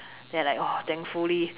then I like thankfully